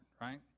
right